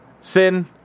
Sin